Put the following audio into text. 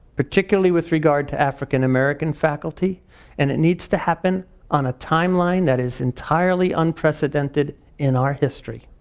particularly with regard to african american faculty and it needs to happen on a timeline that is entirely unprecedented in our history.